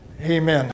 Amen